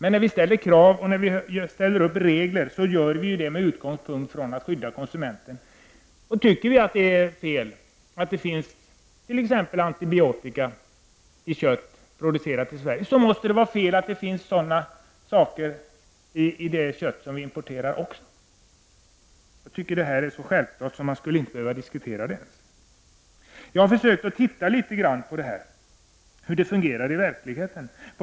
När vi ställer krav på livsmedlen, gör vi det med utgångspunkten att skydda konsumenterna. Om vi tycker att det är fel att det ingår antibiotika i kött producerat i Sverige, måste det vara lika fel att antibiotika ingår i importerat kött. Det är så självklart att det inte skulle behöva diskuteras. Jag har försökt se efter hur det fungerar i verkligheten.